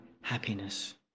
happiness